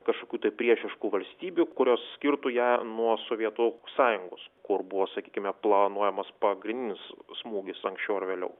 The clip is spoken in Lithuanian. kažkokių tai priešiškų valstybių kurios skirtų ją nuo sovietų sąjungos kur buvo sakykime planuojamas pagrindinis smūgis anksčiau ar vėliau